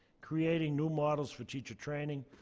creating new models for teacher training,